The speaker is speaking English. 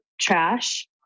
trash